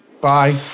Bye